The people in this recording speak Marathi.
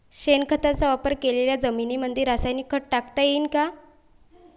शेणखताचा वापर केलेल्या जमीनीमंदी रासायनिक खत टाकता येईन का?